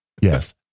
Yes